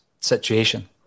situation